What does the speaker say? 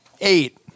Eight